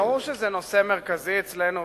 ברור שזה נושא מרכזי אצלנו,